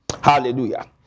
Hallelujah